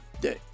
day